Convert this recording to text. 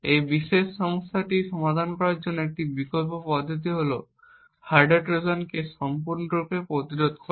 এই বিশেষ সমস্যাটি সমাধান করার জন্য একটি বিকল্প পদ্ধতি হল হার্ডওয়্যার ট্রোজানকে সম্পূর্ণরূপে প্রতিরোধ করা